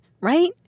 right